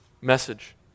message